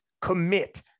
commit